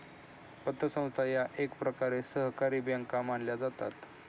पतसंस्था या एकप्रकारे सहकारी बँका मानल्या जातात